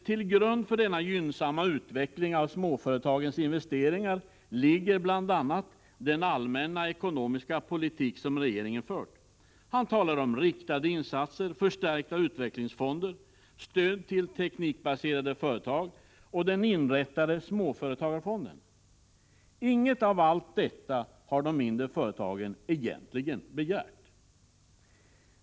”Till grund för denna gynnsamma utveckling av småföretagens investeringar ligger bl.a. den allmänna ekonomiska politik som regeringen fört Han talar om riktade insatser, förstärkta utvecklingsfonder, stöd till teknikbaserade företag och den inrättade Småföretagsfonden. Inget av allt detta har de mindre företagen egentligen begärt.